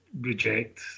Reject